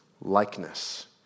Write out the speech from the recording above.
likeness